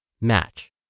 match